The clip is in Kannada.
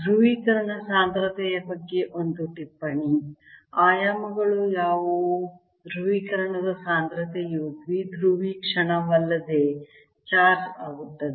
ಧ್ರುವೀಕರಣ ಸಾಂದ್ರತೆಯ ಬಗ್ಗೆ ಒಂದು ಟಿಪ್ಪಣಿ ಆಯಾಮಗಳು ಯಾವುವು ಧ್ರುವೀಕರಣದ ಸಾಂದ್ರತೆಯು ದ್ವಿಧ್ರುವಿ ಕ್ಷಣವಲ್ಲದೆ ಚಾರ್ಜ್ ಆಗುತ್ತದೆ